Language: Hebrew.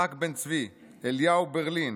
יצחק בן-צבי, אליהו ברלין,